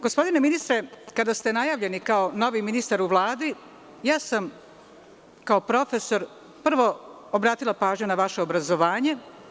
Gospodine ministre, kada ste najavljeni kao novi ministar u Vladi ja sam kao profesor prvo obratila pažnju na vaše obrazovanje.